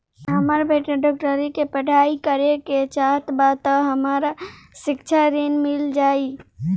हमर बेटा डाक्टरी के पढ़ाई करेके चाहत बा त हमरा शिक्षा ऋण मिल जाई?